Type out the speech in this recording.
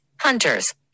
hunters